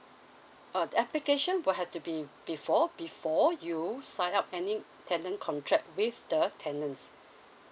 uh application will have to be before before you sign up any tenant contract with the tenants